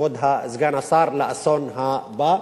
כבוד סגן השר, לאסון הבא.